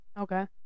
Okay